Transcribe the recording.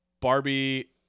Barbie